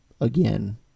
again